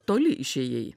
toli išėjai